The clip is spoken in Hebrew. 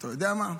אתה יודע מה?